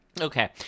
Okay